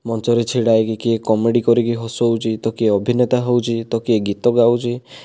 ମଞ୍ଚରେ ଛିଡ଼ା ହୋଇକି କିଏ କମେଡ଼ି କରିକି ହସଉଛି ତ କିଏ ଅଭିନେତା ହେଉଛି ତ କିଏ ଗୀତ ଗାଉଛି